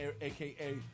AKA